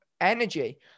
energy